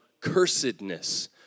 cursedness